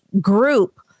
group